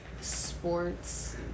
sports